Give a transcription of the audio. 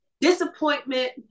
disappointment